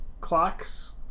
clocks